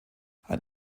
ein